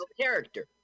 character